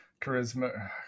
charisma